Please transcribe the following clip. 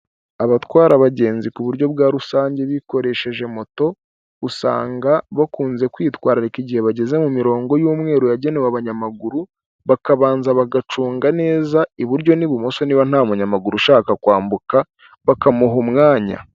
Abatwara abagenzi ku buryo bwa rusange bikoresheje moto, usanga bakunze kwitwararika igihe bageze murongo y'umweru yagenewe abanyamaguru, bakabanza bagacunga neza iburyo n'ibumoso niba nta munyamaguru ushaka kwambuka, bakamuha umwanya.